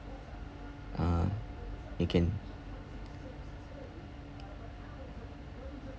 uh you can